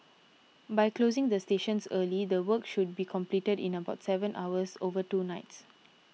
by closing the stations early the work should be completed in about seven hours over two nights